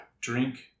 Drink